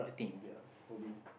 ya hobby